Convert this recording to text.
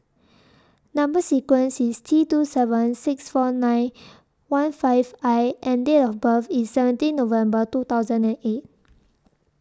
Number sequence IS T two seven six four nine one five I and Date of birth IS seventeen November two thousand and eight